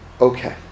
Okay